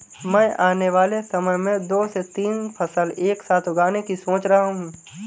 मैं आने वाले समय में दो से तीन फसल एक साथ उगाने की सोच रहा हूं